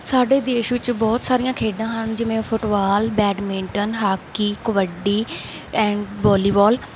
ਸਾਡੇ ਦੇਸ਼ ਵਿੱਚ ਬਹੁਤ ਸਾਰੀਆਂ ਖੇਡਾਂ ਹਨ ਜਿਵੇਂ football badminton hockey kabaddi and volleyball